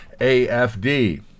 AFD